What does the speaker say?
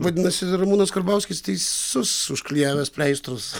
vadinasi ramūnas karbauskis teisus užklijavęs pleistrus